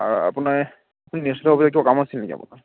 অঁ আপোনাৰ নিউজ লাইভৰ অফিচটোত কিবা কাম আছিল নেকি আপোনাৰ